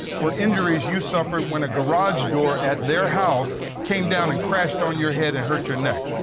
for injuries you suffered when a garage door at their house came down and crashed on your head and hurt your neck.